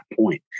point